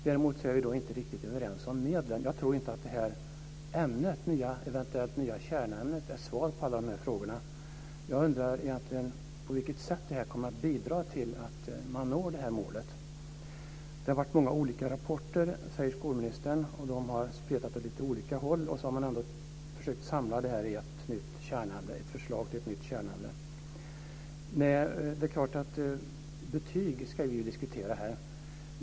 Däremot är vi inte riktig överens om medlen. Jag tror inte att detta eventuellt nya kärnämne är svaret på alla dessa frågor. Jag undrar på vilket sätt det kommer att bidra till att man når detta mål. Skolministern säger att det har kommit många olika rapporter som har spretat åt lite olika håll. Sedan har man ändå försökt samla detta i ett förslag till ett nytt kärnämne. Det är klart att vi ska diskutera betyg här.